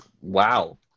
wow